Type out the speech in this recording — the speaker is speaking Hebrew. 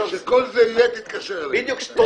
כשכל זה יהיה תתקשר אלינו.